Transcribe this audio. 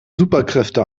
superkräfte